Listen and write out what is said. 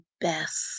best